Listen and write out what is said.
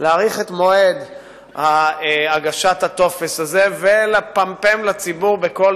אפילו אם יש איזשהו מבט או היבט או איזושהי הרגשה בצד ציבורי אחד